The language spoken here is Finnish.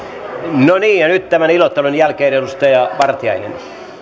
no niin nyt tämän ilottelun jälkeen edustaja vartiainen